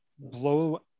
blow